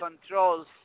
controls